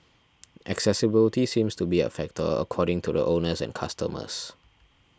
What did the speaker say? accessibility seems to be a factor according to the owners and customers